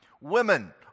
Women